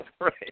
right